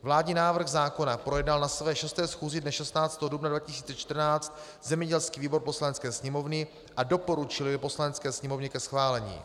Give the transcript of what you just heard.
Vládní návrh zákona projednal na své 6. schůzi dne 16. dubna 2014 zemědělský výbor Poslanecké sněmovny a doporučuje jej Poslanecké sněmovně ke schválení.